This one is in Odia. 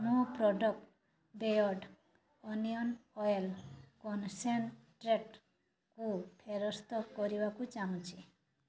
ମୁଁ ପ୍ରଡ଼କ୍ଟ ବେୟର୍ଡ଼ ଓନିଅନ୍ ଅଏଲ୍ କନ୍ସେନ୍ଟ୍ରେଟ୍କୁ ଫେରସ୍ତ କରିବାକୁ ଚାହୁଁଛି